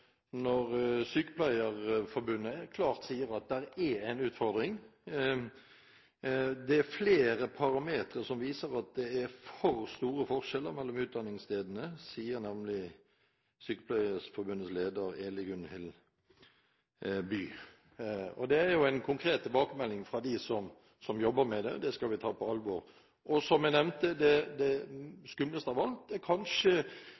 Sykepleierforbundet helt klart sier at det er en utfordring. Det er flere parametre som viser at det er for store forskjeller mellom utdanningsstedene, sier nemlig Sykepleierforbundets leder Eli Gunhild By. Det er en konkret tilbakemelding fra dem som jobber med det, og det skal vi ta på alvor. Som jeg nevnte, det skumleste av alt er kanskje